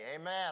Amen